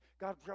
God